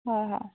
হয় হয়